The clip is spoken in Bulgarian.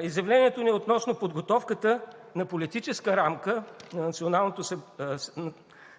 Изявлението ни е относно подготовката на политическа рамка на